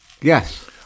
Yes